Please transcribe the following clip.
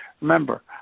Remember